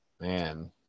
Man